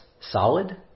solid